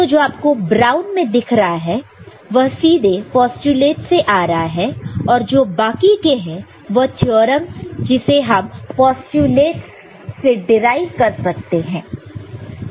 तो जो आपको ब्राउन में दिख रहा है वह सीधे पोस्टयूलेटस से आ रहा है और जो बाकी के हैं वह थ्योरमस जिसे हम पोस्टयूलेटस से डीराइव कर सकते हैं